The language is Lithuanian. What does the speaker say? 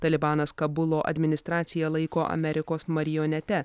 talibanas kabulo administraciją laiko amerikos marionete